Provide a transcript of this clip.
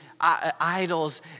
idols